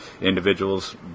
individuals